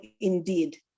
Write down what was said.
indeed